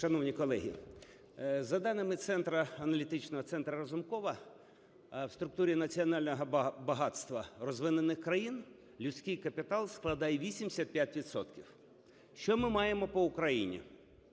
Шановні колеги! За даними аналітичного Центру Разумкова в структурі національного багатства розвинених країн людський капітал складає 85 відсотків. Що ми маємо по Україні?